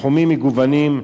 בתחומים מגוונים,